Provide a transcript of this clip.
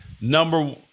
number